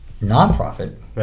non-profit